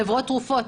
חברות תרופות.